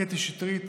קטי שטרית,